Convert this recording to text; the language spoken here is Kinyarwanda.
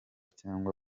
cyangwa